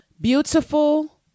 Beautiful